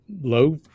low